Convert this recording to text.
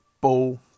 Ball